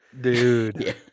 Dude